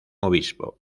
obispo